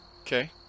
okay